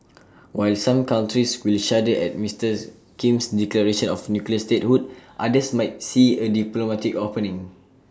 while some countries will shudder at Mister's Kim's declaration of nuclear statehood others might see A diplomatic opening